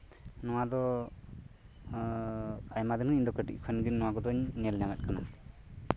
ᱱᱚᱶᱟ ᱫᱚ ᱟᱭᱢᱟ ᱫᱤᱱ ᱠᱟᱹᱴᱤᱡ ᱠᱷᱚᱱ ᱜᱮ ᱤᱧ ᱫᱚ ᱱᱚᱶᱟ ᱠᱚᱫᱩᱧ ᱧᱮᱞ ᱧᱟᱢᱮᱫ ᱠᱟᱱᱟ